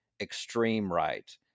extreme-right